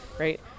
Right